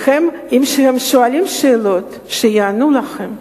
וכשהם שואלים שאלות, שיענו להם,